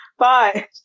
Bye